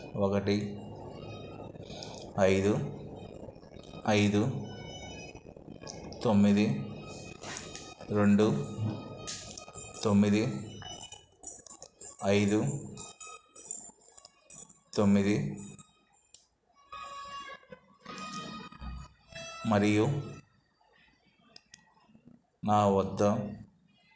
ఒకటి ఐదు ఐదు తొమ్మిది రెండు తొమ్మిది ఐదు తొమ్మిది మరియు నా వద్ద